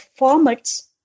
formats